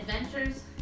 adventures